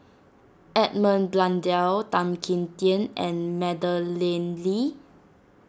Edmund Blundell Tan Kim Tian and Madeleine Lee